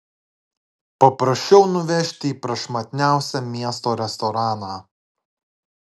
paprašiau nuvežti į prašmatniausią miesto restoraną